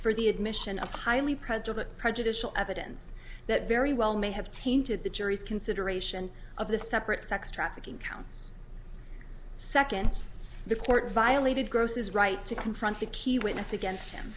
for the admission of highly prejudicial prejudicial evidence that very well may have tainted the jury's consideration of the separate sex trafficking counts seconds the court violated gross's right to confront the key witness against him